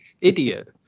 idiot